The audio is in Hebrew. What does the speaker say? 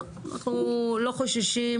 לא, אנחנו לא חוששים